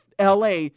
LA